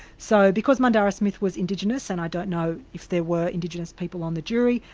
so because mandarra smith was indigenous, and i don't know if there were indigenous people on the jury,